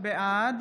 בעד